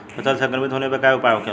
फसल संक्रमित होने पर क्या उपाय होखेला?